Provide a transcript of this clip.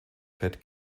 fett